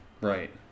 Right